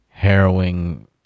Harrowing